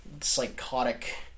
psychotic